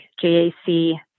J-A-C